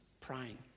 praying